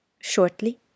Shortly